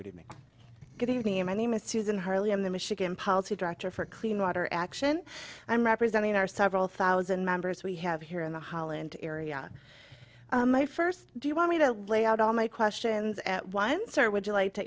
forward good evening my name is susan hurley i'm the michigan policy director for clean water action i'm representing our several thousand members we have here in the holland area my first do you want me to lay out all my questions at once or would you like to